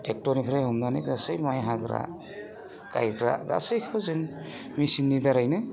ट्रेक्ट'रनिफ्राय हमनानै गासै माइ हाग्रा गायग्रा गासैखौ जों मेसिननि दारैनो